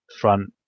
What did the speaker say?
front